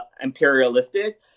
imperialistic